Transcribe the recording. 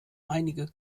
einige